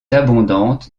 abondante